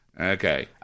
Okay